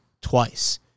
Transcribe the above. Twice